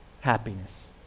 happiness